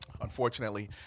unfortunately